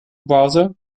browser